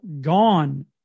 gone